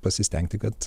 pasistengti kad